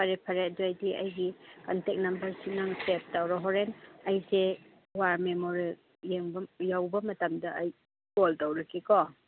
ꯐꯔꯦ ꯐꯔꯦ ꯑꯗꯨ ꯑꯣꯏꯗꯤ ꯑꯩꯒꯤ ꯀꯟꯇꯦꯛ ꯅꯝꯕꯔꯁꯤ ꯅꯪ ꯁꯦꯞ ꯇꯧꯔꯣ ꯍꯣꯔꯦꯟ ꯑꯩꯁꯦ ꯋꯥꯔ ꯃꯦꯃꯣꯔꯤꯌꯦꯜ ꯌꯦꯡꯕ ꯌꯧꯕ ꯃꯇꯝꯗ ꯑꯩ ꯀꯣꯜ ꯇꯧꯔꯛꯀꯦꯀꯣ